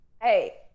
Hey